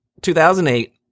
2008